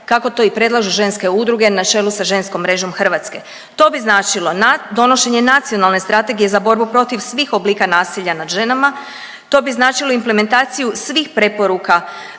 kako to i predlažu ženske udruge na čelu sa ženskom mrežom Hrvatske. To bi značilo donošenje Nacionalne strategije za borbu protiv svih oblika nasilja nad ženama, to bi značilo implementaciju svih preporuka